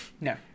No